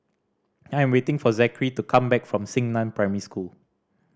I am waiting for Zackery to come back from Xingnan Primary School